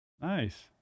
Nice